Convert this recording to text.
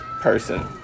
person